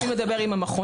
הם רוצים לדבר עם המכונים,